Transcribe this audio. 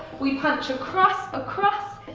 we punch across, across,